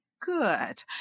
good